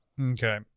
okay